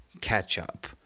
ketchup